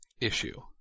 issue